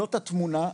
זאת התמונה,